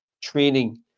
Training